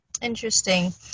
Interesting